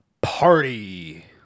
party